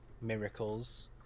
miracles